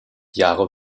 jahre